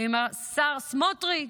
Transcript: עם השר סמוטריץ'.